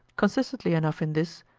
consistently enough in this,